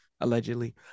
allegedly